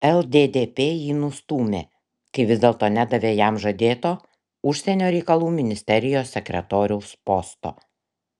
lddp jį nustūmė kai vis dėlto nedavė jam žadėto užsienio reikalų ministerijos sekretoriaus posto